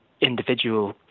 individual